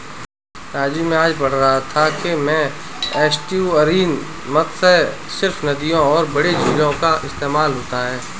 राजू मैं आज पढ़ रहा था कि में एस्टुअरीन मत्स्य सिर्फ नदियों और बड़े झीलों का इस्तेमाल होता है